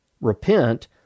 Repent